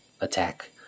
attack